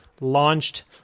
launched